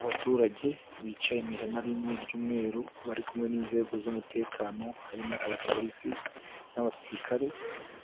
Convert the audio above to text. Abaturage bicaye mu ihema rinini ry'umweru, barikumwe n'inzego z'umutekano harimo abapolisi n'abasirikare,